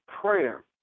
prayer